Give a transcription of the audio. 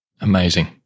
Amazing